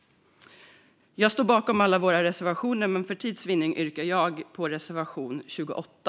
Jag står bakom alla våra reservationer, men för tids vinnande yrkar jag bifall endast till reservation 28.